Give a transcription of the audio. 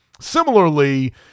Similarly